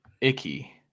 Icky